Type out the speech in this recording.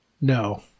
no